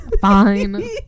fine